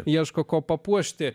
ieško kuo papuošti